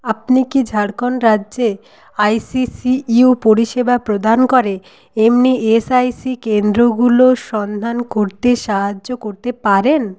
আপনি কি ঝাড়খণ্ড রাজ্যে আইসিসিইউ পরিষেবা প্রদান করে এমনি ইএসআইসি কেন্দ্রগুলোর সন্ধান করতে সাহায্য করতে পারেন